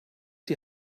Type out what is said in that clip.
die